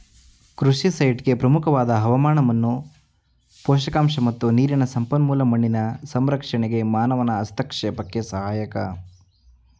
ಕೃಷಿ ಸೈಟ್ಗೆ ಪ್ರಮುಖವಾದ ಹವಾಮಾನ ಮಣ್ಣು ಪೋಷಕಾಂಶ ಮತ್ತು ನೀರಿನ ಸಂಪನ್ಮೂಲ ಮಣ್ಣಿನ ಸಂರಕ್ಷಣೆ ಮಾನವನ ಹಸ್ತಕ್ಷೇಪಕ್ಕೆ ಸಹಾಯಕ